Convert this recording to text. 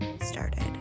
started